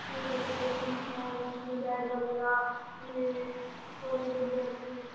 کہ جیسے کہ رومس ہیں رومس میں بیڈ وغیرہ انہیں سونے کے لیے اچھی